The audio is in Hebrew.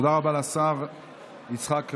תודה רבה לשר יצחק וסרלאוף.